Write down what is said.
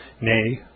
nay